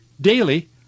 daily